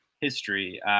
history